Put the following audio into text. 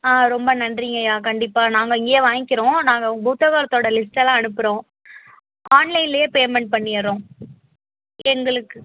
ஆ ரொம்ப நன்றிங்கய்யா கண்டிப்பாக நாங்கள் இங்கேயே வாங்கிக்கிறோம் நாங்கள் புத்தகத்தோடய லிஸ்ட்டெல்லாம் அனுப்புகிறோம் ஆன்லைன்லயே பேமெண்ட் பண்ணிடறோம் எங்களுக்கு